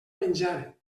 menjar